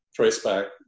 traceback